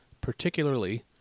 particularly